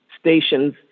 stations